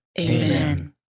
Amen